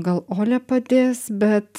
gal olia padės bet